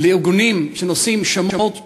לארגונים שנושאים שמות שונים,